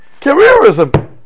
careerism